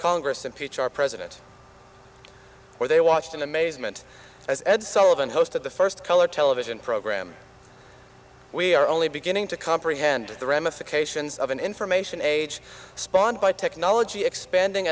congress impeach our president or they watched in amazement as ed sullivan host of the first color television program we are only beginning to comprehend the ramifications of an information age spawned by technology expanding